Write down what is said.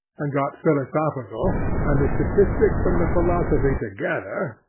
and got philosophical and the statistics and the philosophy together,